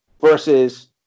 Versus